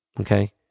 okay